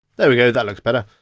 there we go, that looks better.